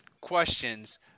questions